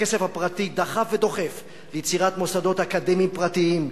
הכסף הפרטי דחף ודוחף ליצירת מוסדות אקדמיים פרטיים,